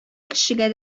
кешегә